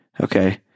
okay